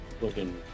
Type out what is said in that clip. looking